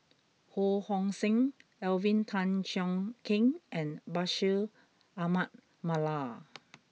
Ho Hong Sing Alvin Tan Cheong Kheng and Bashir Ahmad Mallal